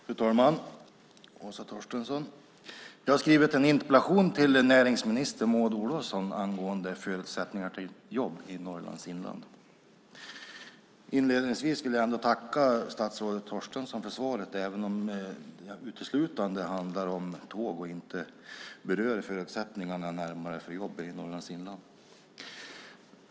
Fru talman! Jag ställde min interpellation angående förutsättningar för jobb i Norrlands inland till näringsminister Maud Olofsson. Jag tackar ändå statsrådet Torstensson för svaret, även om svaret uteslutande handlar om tåg och inte närmare berörde förutsättningarna för jobb i Norrlands inland.